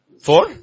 Four